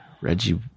Reggie